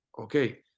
Okay